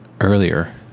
earlier